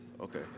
Okay